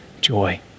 joy